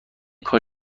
کار